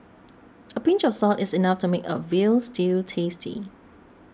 a pinch of salt is enough to make a Veal Stew tasty